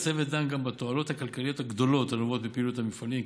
הצוות דן גם בתועלות הכלכליות הגדולות הנובעות מפעילות המפעלים,